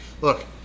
look